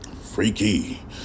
Freaky